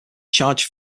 charged